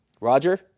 Roger